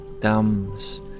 dams